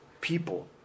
people